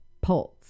pulse